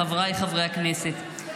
חבריי חברי הכנסת,